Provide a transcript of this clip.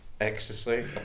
ecstasy